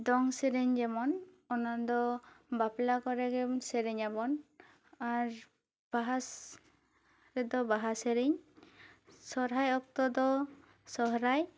ᱫᱚᱝ ᱥᱮᱨᱮᱧ ᱡᱮᱢᱚᱱ ᱚᱱᱟᱫᱚ ᱵᱟᱯᱞᱟ ᱠᱚᱨᱮ ᱜᱮ ᱥᱮᱨᱮᱧᱟ ᱵᱚᱱ ᱟᱨ ᱵᱟᱦᱟ ᱨᱮᱫᱚ ᱵᱟᱦᱟ ᱥᱮᱨᱮᱧ ᱥᱚᱨᱦᱟᱭ ᱚᱠᱛᱚ ᱫᱚ ᱥᱚᱨᱦᱟᱭ